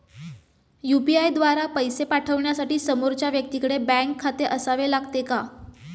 UPI द्वारा पैसे पाठवण्यासाठी समोरच्या व्यक्तीकडे बँक खाते असावे लागते का?